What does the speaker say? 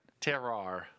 Terrar